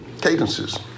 cadences